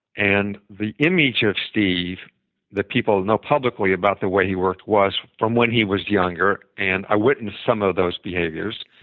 and the image of steve that people know publicly about the way he worked was from when he was younger, and i witnessed some of those behaviors.